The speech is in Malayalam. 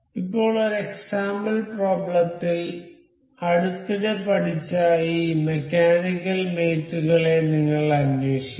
ഇപ്പോൾ ഒരു എക്സാമ്പിൾ പ്രോബ്ലത്തിൽ അടുത്തിടെ പഠിച്ച ഈ മെക്കാനിക്കൽ മേറ്റ് കളെ നിങ്ങൾ അന്വേഷിക്കും